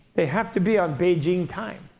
they have to be on beijing time.